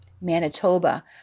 Manitoba